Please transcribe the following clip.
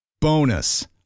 Bonus